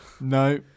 No